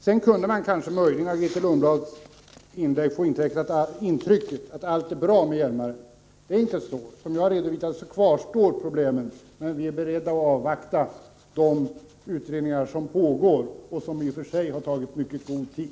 Sedan kunde man möjligen av Grethe Lundblads inlägg få intrycket att allt är bra med Hjälmaren. Det är inte så. Som jag redovisade kvarstår problemen, men vi är beredda att avvakta den utredning som pågår och som i och för sig tagit mycket lång tid.